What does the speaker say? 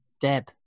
deb